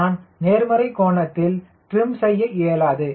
நான் நேர்மறை கோணத்தில் ட்ரிம் செய்ய இயலாது